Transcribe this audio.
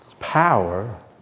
Power